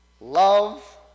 love